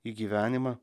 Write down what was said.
į gyvenimą